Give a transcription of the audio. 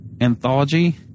Anthology